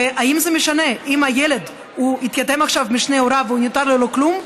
אז האם זה משנה אם הילד התייתם עכשיו משני הוריו והוא נותר ללא כלום,